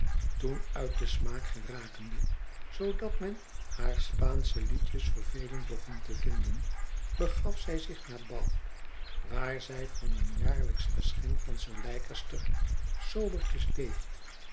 toen uit den smaak gerakende zoodat men hare spaansche liedjes vervelend begon te vinden begaf zij zich naar bath waar zij van eenjaarlijksch geschenk van sir leicester sobertjes leeft